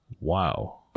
Wow